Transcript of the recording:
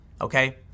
Okay